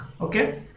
Okay